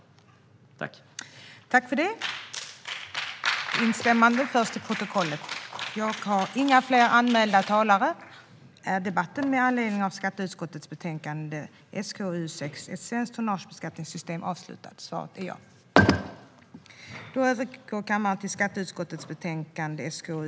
Ett svenskt tonnage-beskattningssystem